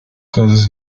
causes